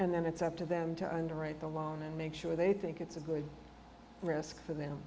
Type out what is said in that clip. and then it's up to them to underwrite the loan and make sure they think it's a good risk for them